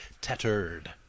Tattered